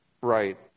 right